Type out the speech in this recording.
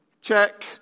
Check